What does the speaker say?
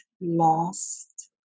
lost